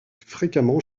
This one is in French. fréquemment